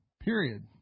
period